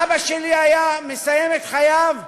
אבא שלי היה מסיים את חייו עני,